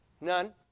None